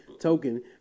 token